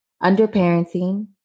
under-parenting